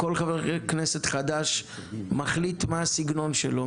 כל חבר כנסת חדש מחליט מה הסגנון שלו,